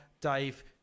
Dave